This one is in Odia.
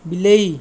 ବିଲେଇ